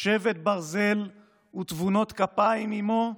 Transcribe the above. שבט ברזל ותבונות כפיים עימו,